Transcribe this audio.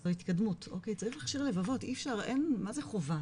זאת התקדמות, צריך להכשיר לבבות, מה זה חובה?